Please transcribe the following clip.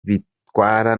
bitwara